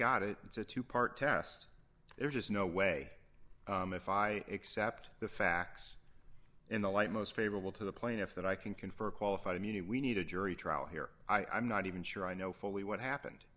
got it it's a two part test there's just no way if i accept the facts in the light most favorable to the plaintiff that i can confer qualified immunity we need a jury trial here i'm not even sure i know fully what happened